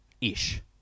Ish